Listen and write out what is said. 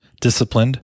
disciplined